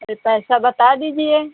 फिर पैसा बता दीजिए